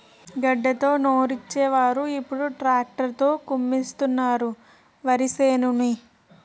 గడ్డతో నూర్చోలు ఇప్పుడు ట్రాక్టర్ తో కుమ్మిస్తున్నారు వరిసేనుని